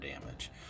damage